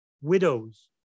widows